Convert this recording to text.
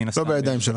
מן הסתם לא בידיים שלנו.